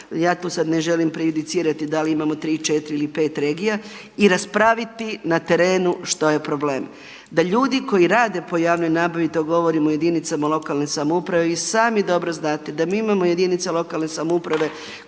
ja tu sad ne želim prejudicirati da li imamo 3, 4 ili 5 regija i raspraviti na terenu što je problem da ljudi koji rade po javnoj nabavi, to govorim o jedinicama lokalne samouprave. I sami dobro znate da mi imamo jedinice lokalne samouprave koje